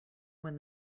when